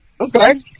Okay